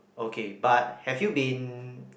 okay but have you been